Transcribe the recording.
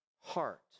heart